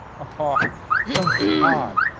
aha! something hot!